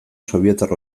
sobietar